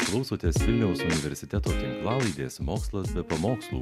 klausotės vilniaus universiteto tinklalaidės mokslas be pamokslų